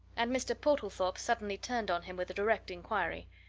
and mr. portlethorpe suddenly turned on him with a direct inquiry.